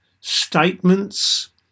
statements